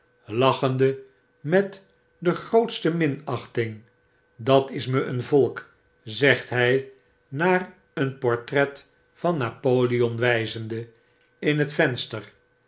lachende met de grootste minachting ff dat is me een volk zegt hy naar een portret van napoleon wyzende in het venster